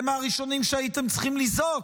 אתם הראשונים שהייתם צריכים לזעוק.